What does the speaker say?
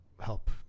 help